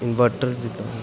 inverter ਜਿੱਦਾਂ